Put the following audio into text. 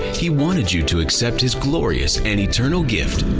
he wanted you to accept his glorious and eternal gift,